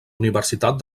universitat